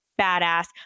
badass